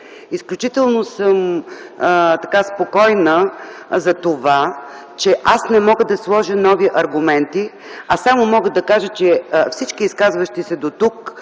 Изключително съм спокойна за това, че аз не мога да сложа нови аргументи, а само мога да кажа, че всички изказвания дотук